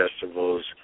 festivals